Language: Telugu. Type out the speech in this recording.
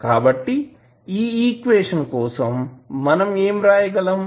కాబట్టి ఈ ఈక్వేషన్ కోసం మనం ఏమి వ్రాయగలము